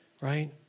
right